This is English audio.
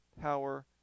power